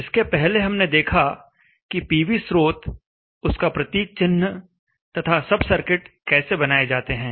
इसके पहले हमने देखा कि पीवी स्रोत उसका प्रतीक चिह्न तथा सब सर्किट कैसे बनाए जाते हैं